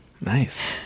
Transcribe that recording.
nice